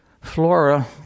flora